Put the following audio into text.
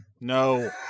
No